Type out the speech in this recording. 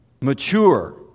mature